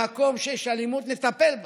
במקום שיש אלימות נטפל בה,